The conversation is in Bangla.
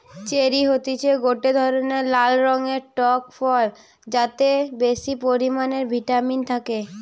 চেরি হতিছে গটে ধরণের লাল রঙের টক ফল যাতে বেশি পরিমানে ভিটামিন থাকে